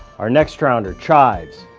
our next round are chives,